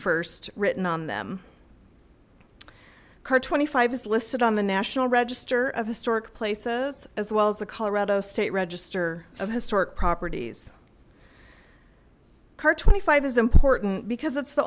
first written on them car twenty five is listed on the national register of historic places as well as the colorado state register of historic properties car twenty five is important because it's the